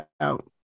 out